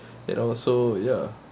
you know so ya